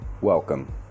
welcome